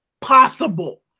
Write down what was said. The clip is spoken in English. possible